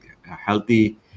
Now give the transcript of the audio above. healthy